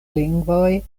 lingvoj